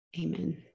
Amen